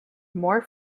more